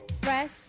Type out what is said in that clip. Fresh